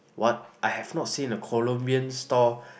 what I have not seen a Colombian store